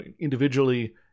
individually